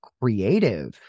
creative